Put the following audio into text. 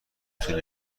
طول